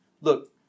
Look